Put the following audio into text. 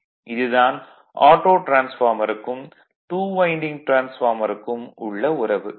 இது தான் ஆட்டோ டிரான்ஸ்பார்மருக்கும் 2 வைண்டிங் டிரான்ஸ்பார்மருக்கும் உள்ள உறவு